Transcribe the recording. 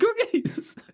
cookies